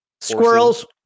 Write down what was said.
squirrels